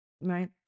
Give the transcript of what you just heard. right